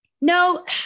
No